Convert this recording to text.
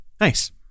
Nice